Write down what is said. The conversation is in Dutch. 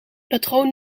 patroon